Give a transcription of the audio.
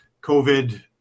COVID